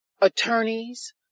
attorneys